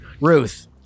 Ruth